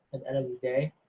and end of the day,